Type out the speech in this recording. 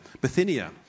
Bithynia